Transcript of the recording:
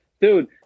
dude